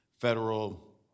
federal